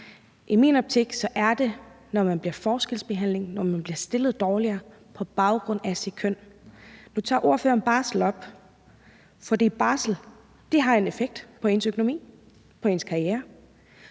I min optik er det, når man bliver forskelsbehandlet og man bliver stillet dårligere på baggrund af sit køn. Nu tager ordføreren barsel op. For barsel har en effekt på ens økonomi og på ens karriere,